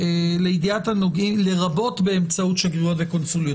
לידיעת הנוגעים לרבות באמצעות שגרירויות וקונסוליות.